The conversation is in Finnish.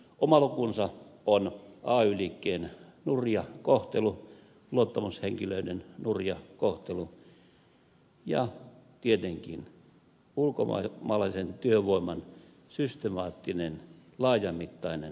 oma lukunsa on ay liikkeen nurja kohtelu luottamushenkilöiden nurja kohtelu ja tietenkin ulkomaalaisen työvoiman systemaattinen laajamittainen riisto